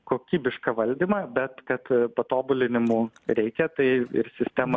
kokybišką valdymą bet kad patobulinimų reikia tai ir sistema